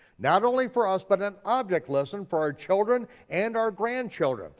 not only for us, but an object lesson for our children and our grandchildren.